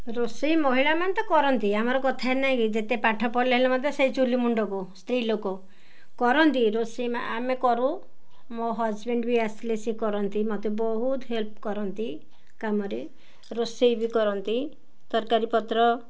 ରୋଷେଇ ମହିଳାମାନେ ତ କରନ୍ତି ଆମର କଥାରେ ନାଇଁକି ଯେତେ ପାଠ ପଢିଲେ ହେଲେ ମତେ ସେଇ ଚୂଲି ମୁଣ୍ଡକୁ ସ୍ତ୍ରୀ ଲୋକ କରନ୍ତି ରୋଷେଇ ଆମେ କରୁ ମୋ ହଜବେଣ୍ଡ ବି ଆସିଲେ ସେ କରନ୍ତି ମୋତେ ବହୁତ ହେଲ୍ପ କରନ୍ତି କାମରେ ରୋଷେଇ ବି କରନ୍ତି ତରକାରୀ ପତ୍ର